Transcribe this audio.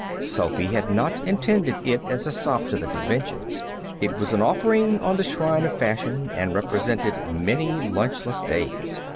sophy had not intended it as a sop to the conventions. it was an offering on the shrine of fashion, and represented many lunchless days.